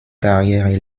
karriere